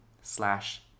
slash